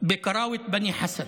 בקרוואת בני חסאן.